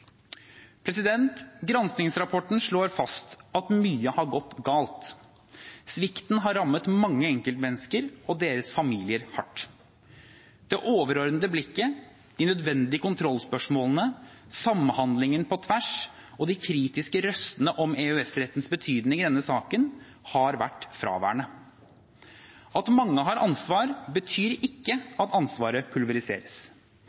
slår fast at mye har gått galt. Svikten har rammet mange enkeltmennesker og deres familier hardt. Det overordnede blikket, de nødvendige kontrollspørsmålene, samhandlingen på tvers og de kritiske røstene om EØS-rettens betydning i denne saken har vært fraværende. At mange har ansvar, betyr